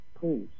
please